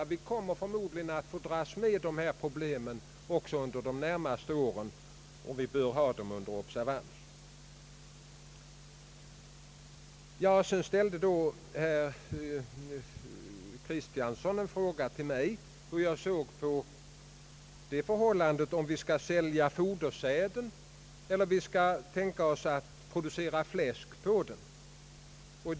Förmodligen kommer vi att få dras med dem också under de närmaste åren; och vi bör ha dem under observans. Herr Kristiansson frågade om jag ansåg att vi skall sälja fodersäden eller tänka oss att producera fläsk med den.